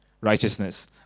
righteousness